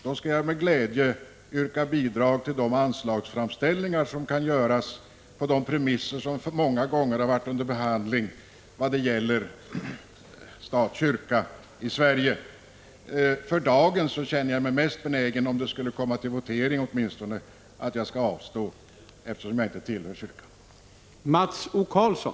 Då skall jag med glädje yrka bifall till de anslagsframställningar som kan göras på de premisser som många gånger har varit under behandling vad gäller stat-kyrka i Sverige. För dagen känner jag mig mest benägen, om det skulle komma till votering, att avstå från att rösta, eftersom jag inte tillhör kyrkan.